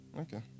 Okay